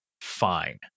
fine